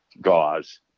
gauze